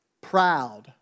proud